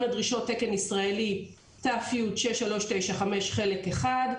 לדרישות תקן ישראלי ת"י 6395 חלק 1 -...